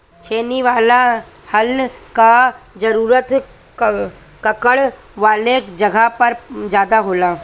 छेनी वाला हल कअ जरूरत कंकड़ वाले जगह पर ज्यादा होला